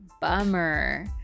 bummer